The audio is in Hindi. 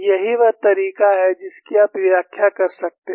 यही वह तरीका है जिसकी आप व्याख्या कर सकते हैं